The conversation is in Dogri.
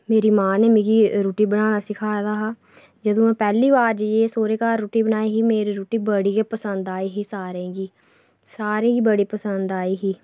मेरी मां ने मिगी रुट्टी बनाना सखाए दा हा जदूं में पैह्ली बारी सौह्रै घर जाइयै रुट्टी बनाई ही रुट्टी बड़ी गै पसंद आई ही सारें गी सारें गी पसंद आई ही